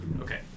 Okay